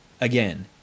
again